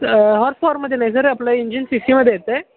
हॉर्सपॉवरमध्ये नाही सर आपलं engine C सीमध्ये येतं आहे